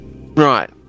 right